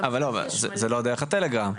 אני לא יודע איך הטלגרם.